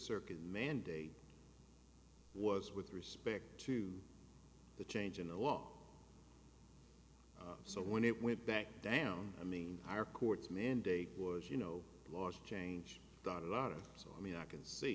circuit mandate was with respect to the change in the law so when it went back down i mean our courts mandate was you know laws change done a lot of so i mean i can see